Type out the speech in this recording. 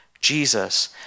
Jesus